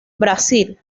brasil